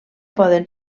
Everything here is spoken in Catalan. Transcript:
poden